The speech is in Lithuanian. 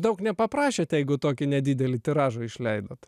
daug nepaprašėt jeigu tokį nedidelį tiražą išleidot